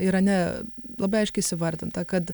irane labai aiškiai įvardinta kad